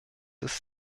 ist